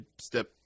step